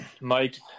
Mike